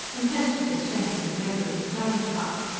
and tested the strength and flavour of the claret-cup.